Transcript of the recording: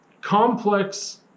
complex